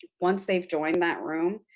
once they've joined that room,